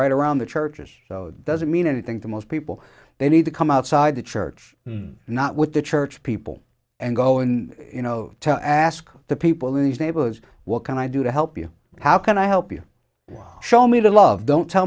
right around the churches so doesn't mean anything to most people they need to come outside the church and not with the church people and go in you know to ask the people in these neighborhoods what can i do to help you how can i help you show me the love don't tell